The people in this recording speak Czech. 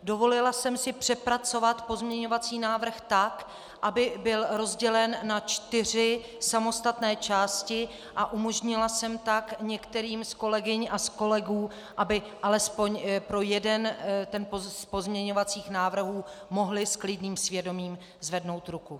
Dovolila jsem si přepracovat pozměňovací návrh tak, aby byl rozdělen na čtyři samostatné části, a umožnila jsem tak některým z kolegyň a z kolegů, aby alespoň pro jeden z pozměňovacích návrhů mohli s klidným svědomím zvednout ruku.